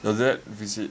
your dad visit